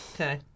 Okay